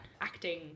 acting